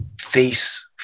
face